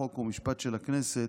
חוק ומשפט של הכנסת,